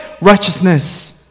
righteousness